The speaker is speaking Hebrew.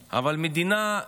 בח'אן יונס, אבל מדינה ריבונית